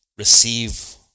receive